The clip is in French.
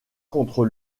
contre